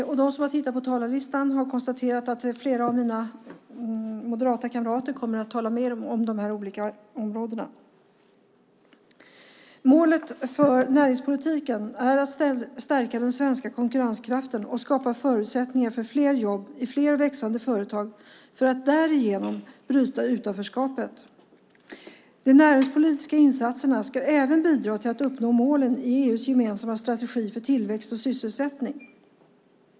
De som tittat på talarlistan har konstaterat att flera av mina moderata kamrater kommer att tala mer om de här olika områdena. Målet för näringspolitiken är att stärka den svenska konkurrenskraften och att skapa förutsättningar för fler jobb i fler och växande företag för att därigenom bryta utanförskapet. De näringspolitiska insatserna ska även bidra till att uppnå målen i EU:s gemensamma strategi för tillväxt och sysselsättning.